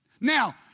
Now